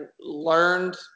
learned